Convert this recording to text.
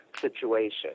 situation